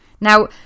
Now